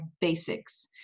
basics